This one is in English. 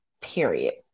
period